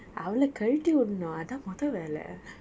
அவளை கழட்டிவிடனும் அதான் முதல் வேலை:avalai kalatti vidanum athaan mothal velai